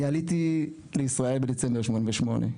אני עליתי לישראל בדצמבר 1988,